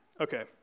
Okay